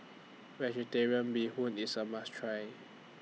Vegetarian Bee Hoon IS A must Try